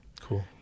Cool